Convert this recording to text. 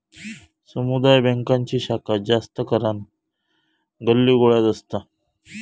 समुदाय बॅन्कांची शाखा जास्त करान गल्लीबोळ्यात असता